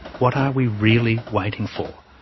what are we really waiting for?